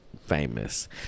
famous